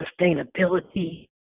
sustainability